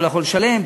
אתה לא יכול לשלם,